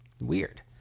Weird